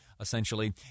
essentially